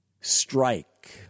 strike